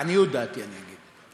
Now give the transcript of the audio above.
לעניות דעתי אני אגיד,